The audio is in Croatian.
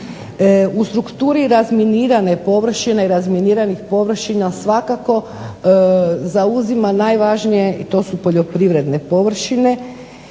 U strukturi razminirane površine, razminiranih površina svakako zauzima najvažnije to su poljoprivredne površine